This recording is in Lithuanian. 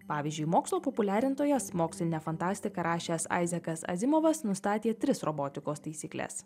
pavyzdžiui mokslo populiarintojas mokslinę fantastiką rašęs aizekas azimovas nustatė tris robotikos taisykles